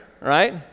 right